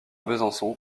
besançon